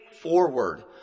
forward